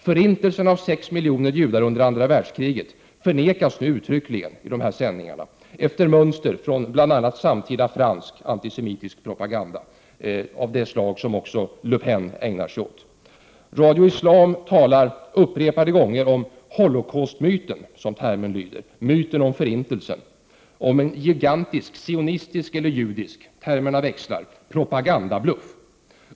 Förintelsen av 6 miljoner judar under andra världskriget förnekas nu uttryckligen i dessa sändningar, efter mönster från t.ex. samtida fransk antisemitisk propaganda av det slag som också Le Pen ägnar sig åt. Radio Islam talar upprepade gånger om Holocaustmyten — så lyder termen, myten om förintelsen — om en gigantisk sionistisk eller judisk, termerna växlar, propagandabluff.